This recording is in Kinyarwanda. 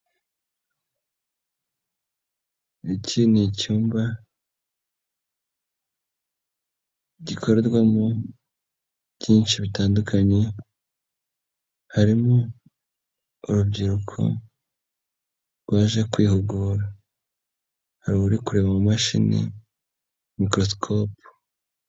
Iki ni icyumba gikorerwamo byinshi bitandukanye, harimo urubyiruko rwaje kwihugura hari uri kureba mu mashini mu mikorosikopu.